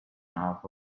half